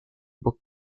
book